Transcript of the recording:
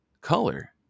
color